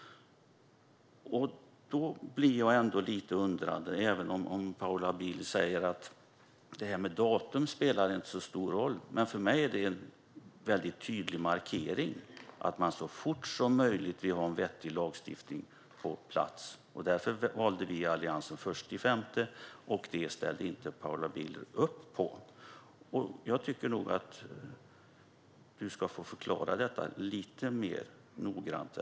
Då undrar jag ändå; Paula Bieler säger att det här med datum inte spelar särskilt stor roll. Men för mig är det en tydlig markering att man vill ha en vettig lagstiftning på plats så fort som möjligt. Därför valde Alliansen den 1 maj, men det ställer Paula Bieler inte upp på. Jag tycker nog att hon ska få förklara varför lite mer noggrant.